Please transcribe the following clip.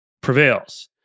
prevails